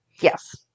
Yes